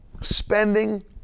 spending